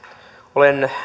olen